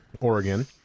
oregon